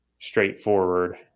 straightforward